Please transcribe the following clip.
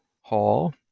hall